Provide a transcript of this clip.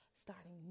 starting